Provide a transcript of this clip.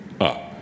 up